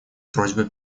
просьбой